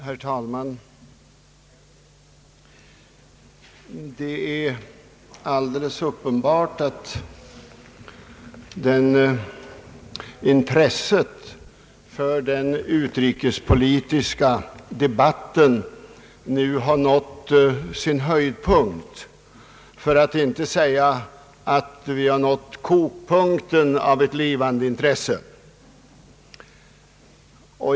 Herr talman! Det är alldeles uppenbart att intresset för den utrikespolitiska debatten nu har nått sin höjdpunkt, för att inte säga att vi har nått kokpunkten.